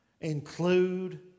include